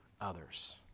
others